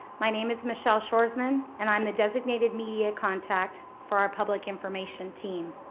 my name is michelle shoresman, and i am the designated media contact for our public information team.